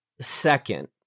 Second